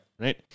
Right